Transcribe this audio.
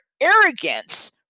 arrogance